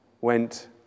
went